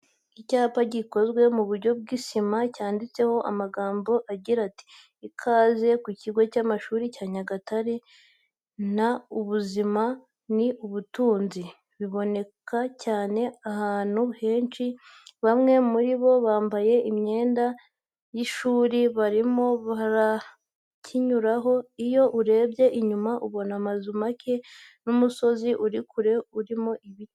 Icyapa gikozwe mu buryo bw'isima cyanditseho amagambo agira ati "Ikaze mu kigo cy'amashuri cya Nyagatare" na "Ubuzima ni Ubutunzi" biboneka cyane. Abantu benshi, bamwe muri bo bambaye imyenda y'ishuri, barimo barakinyuraho. Iyo urebye inyuma, ubona amazu make n'umusozi uri kure, urimo ibiti.